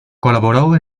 colaboró